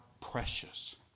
precious